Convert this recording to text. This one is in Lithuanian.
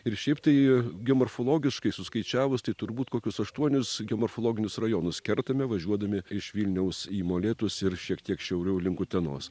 ir šiaip tai geomorfologiškai suskaičiavus tai turbūt kokius aštuonis geomorfologinius rajonus kertame važiuodami iš vilniaus į molėtus ir šiek tiek šiauriau link utenos